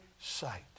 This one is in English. sight